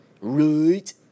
right